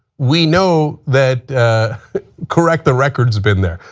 we know that correct the record has been there.